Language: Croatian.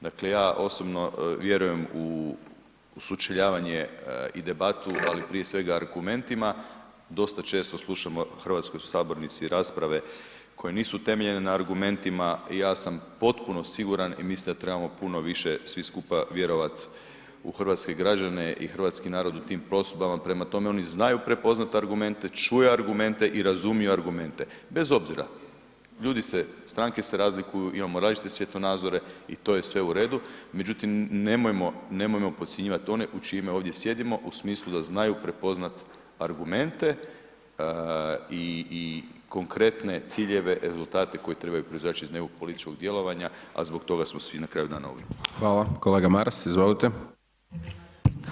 Dakle, ja osobno vjerujem u, u sučeljavanje i debatu, ali prije svega argumentima, dosta često slušamo u hrvatskoj sabornici rasprave koje nisu utemeljene na argumentima, ja sam potpuno siguran i mislim da trebamo puno više svi skupa vjerovat u hrvatske građane i hrvatski narod u tim prosudbama, prema tome oni znaju prepoznat argumente, čuju argumente i razumiju argumente, bez obzira ljudi se, stranke se razlikuju, imamo različite svjetonazore i to je sve u redu, međutim nemojmo, nemojmo podcjenjivat one u čije ime ovdje sjedimo u smislu da znaju prepoznat argumente i, i konkretne ciljeve, rezultate koji trebaju proizaći iz nekog političkog djelovanja, a zbog toga smo svi na kraju dana ovdje.